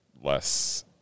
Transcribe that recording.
less